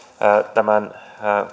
tämän